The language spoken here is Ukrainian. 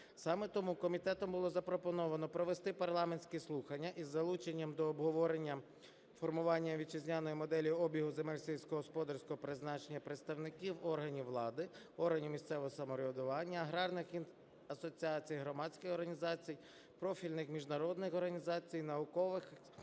Саме тому комітетом було запропоновано провести парламентські слухання із залученням до обговорення формування вітчизняної моделі обігу земель сільськогосподарського призначення представників органів влади, органів місцевого самоврядування, аграрних асоціацій, громадських організацій. профільних міжнародних організацій, наукових, науковців,